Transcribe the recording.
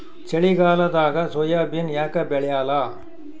ಚಳಿಗಾಲದಾಗ ಸೋಯಾಬಿನ ಯಾಕ ಬೆಳ್ಯಾಲ?